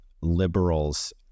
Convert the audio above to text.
liberals